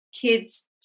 kids